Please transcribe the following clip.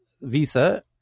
Visa